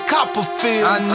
Copperfield